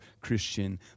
Christian